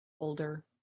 older